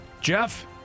Jeff